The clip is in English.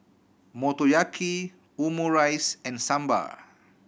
Motoyaki Omurice and Sambar